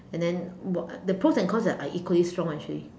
and then the pros and cons are equally strong actually